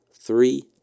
three